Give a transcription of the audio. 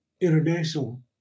international